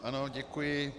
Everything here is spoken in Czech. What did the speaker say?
Ano, děkuji.